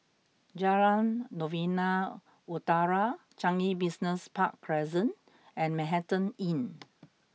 Jalan Novena Utara Changi Business Park Crescent and Manhattan Inn